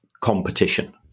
competition